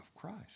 Christ